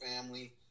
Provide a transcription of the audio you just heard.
family